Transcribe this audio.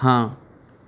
ਹਾਂ